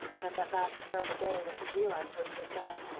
and of that last terrible day when he realized what he had done.